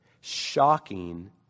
Shocking